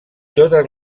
totes